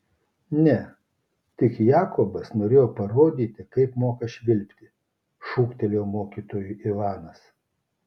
ne tik jakobas norėjo parodyti kaip moka švilpti šūktelėjo mokytojui ivanas